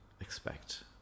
expect